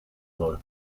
soll